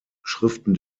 schriften